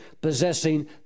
possessing